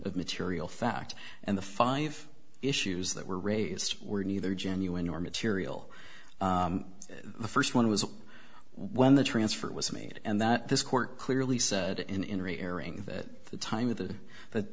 of material fact and the five issues that were raised were neither genuine or material the first one was when the transfer was made and that this court clearly said in in re airing that the time of the that